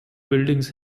buildings